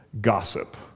gossip